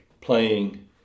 playing